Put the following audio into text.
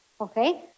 okay